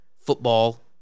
football